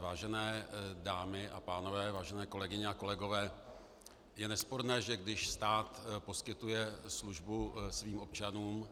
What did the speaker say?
Vážené dámy a pánové, vážené kolegyně a kolegové, je nesporné, že když stát poskytuje službu svým občanům